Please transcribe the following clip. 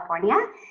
California